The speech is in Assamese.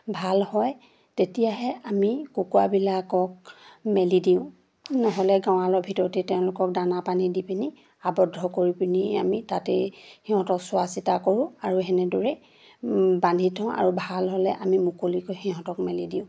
ভাল হয় তেতিয়াহে আমি কুকুৰাবিলাকক মেলি দিওঁ নহ'লে গঁড়ালৰ ভিতৰতে তেওঁলোকক দানা পানী দি পিনি আৱদ্ধ কৰি পিনি আমি তাতেই সিহঁতক চোৱা চিতা কৰোঁ আৰু সেনেদৰেই বান্ধি থওঁ আৰু ভাল হ'লে আমি মুকলিকৈ সিহঁতক মেলি দিওঁ